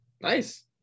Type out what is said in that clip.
nice